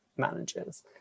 managers